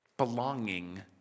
belonging